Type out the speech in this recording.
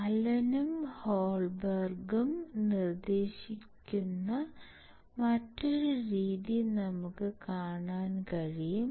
അലനും ഹോൾബെർഗും നിർദ്ദേശിക്കുന്ന മറ്റൊരു രീതി നമുക്ക് കാണാൻ കഴിയും